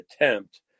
attempt